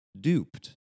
duped